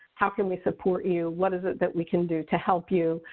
how can we support you? what is it that we can do to help you?